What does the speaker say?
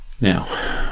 Now